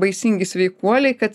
baisingi sveikuoliai kad